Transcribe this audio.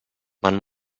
man